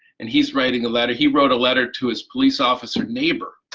and he's writing a letter he wrote a letter to his police officer neighbor,